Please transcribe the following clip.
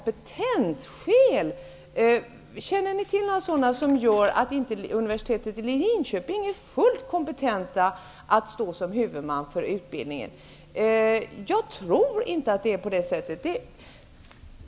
Finns det några skäl som gör att inte universitetet i Linköping är fullt kompetent att stå som huvudman för utbildningen? Jag tror inte att det är på det sättet.